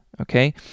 Okay